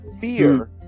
fear